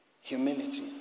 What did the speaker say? Humility